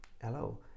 hello